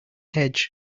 hedge